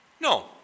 No